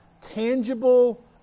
tangible